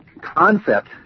concept